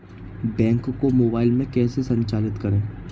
Bank को mobile में कैसे संचालित करें?